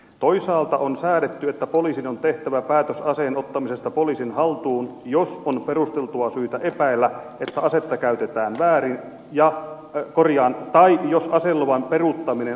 toisaalta on säädetty että poliisin on tehtävä päätös aseen ottamisesta poliisin haltuun jos on perusteltua syytä epäillä että asetta käytetään väärin tai jos aseluvan peruuttaminen on vireillä